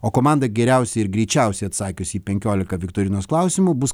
o komanda geriausiai ir greičiausiai atsakiusi į penkiolika viktorinos klausimų bus